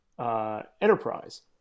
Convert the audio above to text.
enterprise